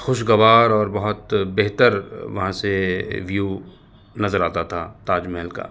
خوشگوار اور بہت بہتر وہاں سے ویو نظر آتا تھا تاج محل کا